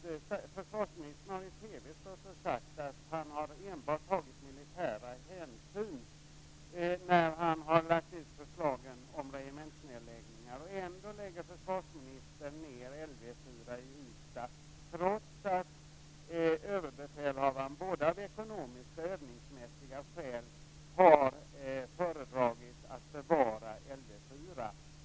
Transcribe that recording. Försvarsministern har i TV sagt att han enbart tagit militära hänsyn när han lagt ut förslagen om regementsnedläggningar. Sedan lägger försvarsministern ner LV4 i Ystad, trots att överbefälhavaren av både ekonomiska och övningsmässiga skäl har föredragit att bevara LV4.